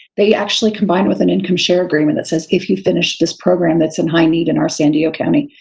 they actually combined with an income share agreement that says, if you finished this program, that's in high need in our san diego county,